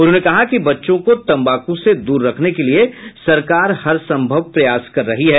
उन्होंने कहा कि बच्चों को तंबाकु से दूर रखने के लिये सरकार हर संभव प्रयास कर रही है